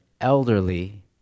elderly